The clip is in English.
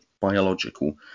biological